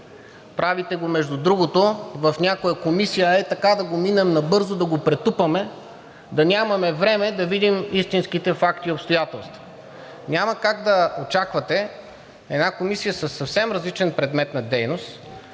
Правите го, между другото, в някоя комисия ей така да го минем набързо, да го претупаме, да нямаме време да видим истинските факти и обстоятелства. Няма как да очаквате една комисия със съвсем различен предмет на дейност,